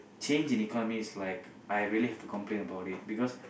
change in economy is like I really have to complain about it because